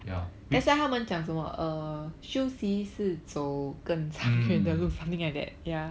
ya mm